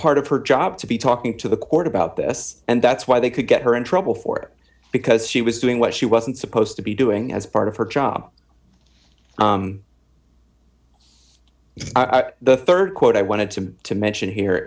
part of her job to be talking to the court about this and that's why they could get her in trouble for it because she was doing what she wasn't supposed to be doing as part of her job if the rd quote i wanted to to mention here